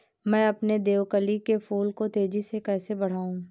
मैं अपने देवकली के फूल को तेजी से कैसे बढाऊं?